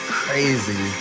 crazy